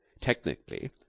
technically,